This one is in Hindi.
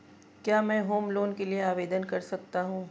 क्या मैं होम लोंन के लिए आवेदन कर सकता हूं?